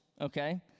okay